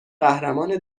قهرمان